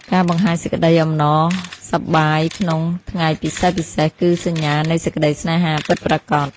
ការបង្ហាញសេចក្តីអំណរសប្បាយក្នុងថ្ងៃពិសេសៗគឺសញ្ញានៃសេចក្ដីស្នេហាពិតប្រាកដ។